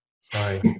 Sorry